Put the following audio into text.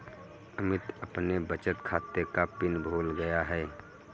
अमित अपने बचत खाते का पिन भूल गया है